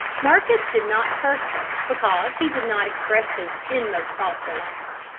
marcus did not curse her because he did not express his inmost thoughts aloud.